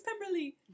Pemberley